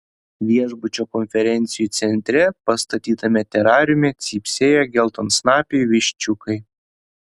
viešbučio konferencijų centre pastatytame terariume cypsėjo geltonsnapiai viščiukai